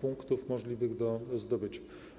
punktów możliwych do zdobycia.